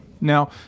Now